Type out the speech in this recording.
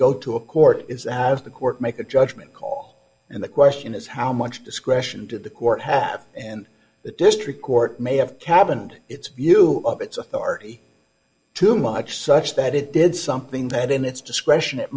go to a court is ask the court make a judgment call and the question is how much discretion did the court have and the district court may have cabined its view of its authority too much such that it did something that in its discretion it